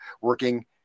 working